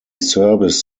service